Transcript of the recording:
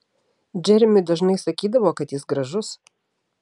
džeremiui dažnai sakydavo kad jis gražus